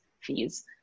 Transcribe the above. fees